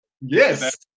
Yes